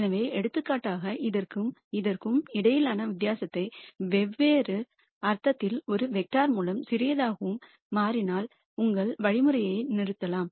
எனவே எடுத்துக்காட்டாக இதற்கும் இதற்கும் இடையிலான வித்தியாசத்தை வெவ்வேறு அர்த்தத்தில் ஒரு வெக்ட்டார் மூலம் சிறியதாகவும் மாறினால் உங்கள் வழிமுறையை நிறுத்தலாம்